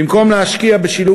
במקום להשקיע בשילוב